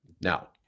Now